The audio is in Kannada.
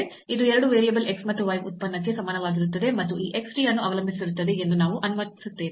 ಇದು 2 ವೇರಿಯೇಬಲ್ x ಮತ್ತು y ಉತ್ಪನ್ನಕ್ಕೆ ಸಮಾನವಾಗಿರುತ್ತದೆ ಮತ್ತು ಈ x t ಅನ್ನು ಅವಲಂಬಿಸಿರುತ್ತದೆ ಎಂದು ನಾವು ಅನುಮತಿಸುತ್ತೇವೆ